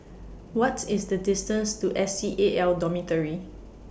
What IS The distance to S C A L Dormitory